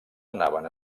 anaven